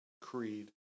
creed